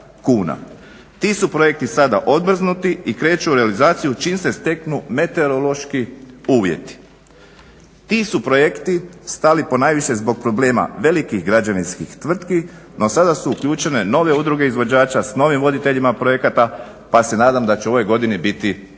Ti su projekti sada odmrznuti i kreću u realizaciju čim se steknu meteorološki uvjeti. Ti su projekti stali ponajviše zbog problema velikih građevinskih tvrtki no sada su uključene nove udruge izvođača s novim voditeljima projekata, pa se nadam da će u ovoj godini biti dovršeni".